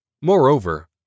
Moreover